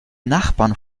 nachbarn